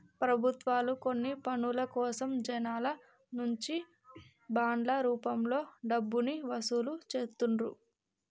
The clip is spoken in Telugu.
ప్రభుత్వాలు కొన్ని పనుల కోసం జనాల నుంచి బాండ్ల రూపంలో డబ్బుల్ని వసూలు చేత్తండ్రు